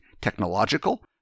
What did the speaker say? technological